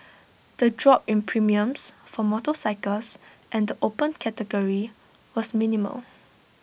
the drop in premiums for motorcycles and the open category was minimal